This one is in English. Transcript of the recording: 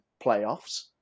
playoffs